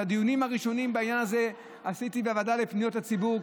כאשר את הדיונים הראשונים בעניין הזה עשיתי בוועדה לפניות הציבור,